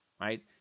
right